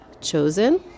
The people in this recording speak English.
chosen